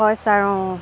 হয় ছাৰ অঁ অঁ